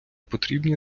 потрібні